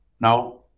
Now